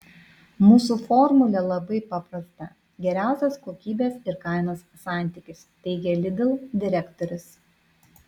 mūsų formulė labai paprasta geriausias kokybės ir kainos santykis teigė lidl direktorius